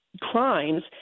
crimes